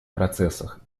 процессах